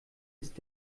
ist